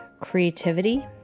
creativity